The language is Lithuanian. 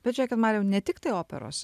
bet žiūrėkit marijau ne tiktai operos